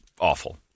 awful